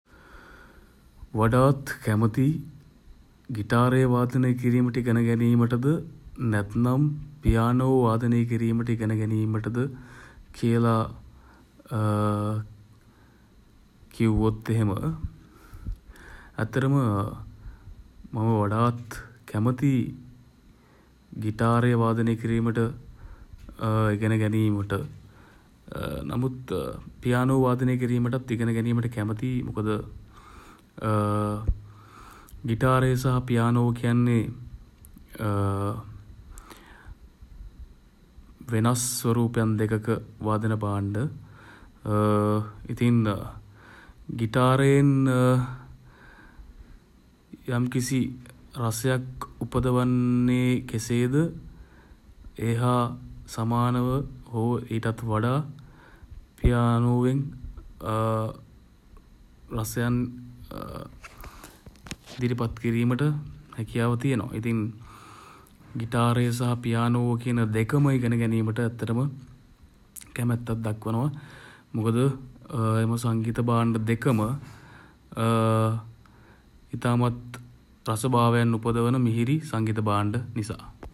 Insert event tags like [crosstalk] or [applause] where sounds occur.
වඩාත් [hesitation] කැමති [hesitation] ගිටාරය වාදනය කිරීමට ඉගෙන ගැනීමටද [hesitation] නැත්නම් [hesitation] පියානෝව වාදනය කිරීමට ඉගෙන ගැනීමටද [hesitation] කියලා [hesitation] කිව්වොත් එහෙම [hesitation] ඇත්තටම [hesitation] මම වඩාත් [hesitation] කැමති [hesitation] ගිටාරය වාදනය කිරීමට [hesitation] ඉගෙන ගැනීමට. [hesitation] නමුත් [hesitation] පියානෝව වාදනය කිරීමටත් ඉගෙන ගැනීමටත් කැමතියි [hesitation] මොකද [hesitation] ගිටාරය සහ පියානෝව කියන්නේ [hesitation] වෙනස් ස්වරූපයන් දෙකක වාද්‍ය භාණ්ඩ. [hesitation] ඉතින් [hesitation] ගිටාරයෙන් [hesitation] යම්කිසි [hesitation] රසයක් [hesitation] උපද වන්නේ [hesitation] කෙසේද [hesitation] ඒ හා [hesitation] සමානව [hesitation] හෝ [hesitation] ඊටත් වඩා [hesitation] පියානෝවෙන් [hesitation] රසයන් [hesitation] ඉදිරිපත් කිරීමට [hesitation] හැකියාව තියෙනවා. ඉතින් [hesitation] ගිටාරය සහ පියානෝව කියන දෙකම ඉගෙන ගැනීමට ඇත්තටම [hesitation] කැමැත්තක් දක්වනවා. මොකද [hesitation] එම සංගීත භාණ්ඩ දෙකම [hesitation] ඉතාමත් [hesitation] රස භාවයන් උපදවන [hesitation] මිහිරි සංගීත භාණ්ඩ [hesitation] නිසා.